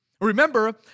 Remember